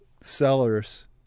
sellers